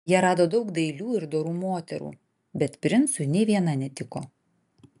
jie rado daug dailių ir dorų moterų bet princui nė viena netiko